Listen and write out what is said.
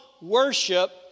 worship